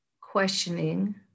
questioning